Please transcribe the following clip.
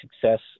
success